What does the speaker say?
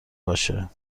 باشه